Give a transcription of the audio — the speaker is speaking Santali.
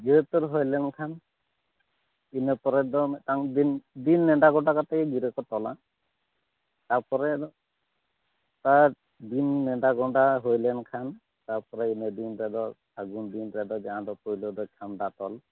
ᱜᱤᱨᱟᱹ ᱛᱚᱞ ᱦᱳᱭ ᱞᱮᱱ ᱠᱷᱟᱱ ᱤᱱᱟᱹ ᱯᱚᱨᱮ ᱫᱚ ᱢᱤᱫ ᱴᱟᱝ ᱫᱤᱱ ᱱᱮᱰᱟ ᱜᱚᱴᱟ ᱠᱟᱛᱮ ᱜᱤᱨᱟᱹ ᱠᱚ ᱛᱚᱞᱟ ᱛᱟᱯᱚᱨᱮ ᱟᱫᱚ ᱫᱤᱱ ᱱᱮᱰᱟ ᱜᱚᱸᱰᱟ ᱦᱳᱭ ᱞᱮᱱ ᱠᱷᱟᱱ ᱛᱟᱯᱚᱨᱮ ᱤᱱᱟᱹ ᱫᱤᱱ ᱫᱚ ᱟᱫᱚ ᱥᱟᱹᱜᱩᱱ ᱫᱤ ᱨᱮᱫᱚ ᱡᱟᱦᱟᱸ ᱫᱚ ᱯᱳᱭᱞᱳ ᱫᱚ ᱪᱷᱟᱢᱰᱟ ᱛᱚᱞ